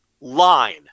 line